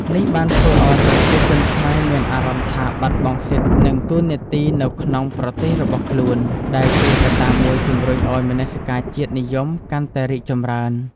នេះបានធ្វើឱ្យប្រជាជនខ្មែរមានអារម្មណ៍ថាបាត់បង់សិទ្ធិ និងតួនាទីនៅក្នុងប្រទេសរបស់ខ្លួនឯង ដែលជាកត្តាមួយជំរុញឱ្យមនសិការជាតិនិយមកាន់តែរីកចម្រើន។